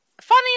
funny